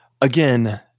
again